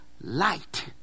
light